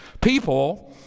People